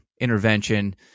intervention